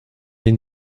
den